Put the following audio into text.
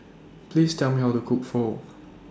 Please Tell Me How to Cook Pho